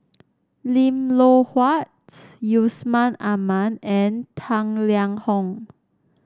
Lim Loh Huat Yusman Aman and Tang Liang Hong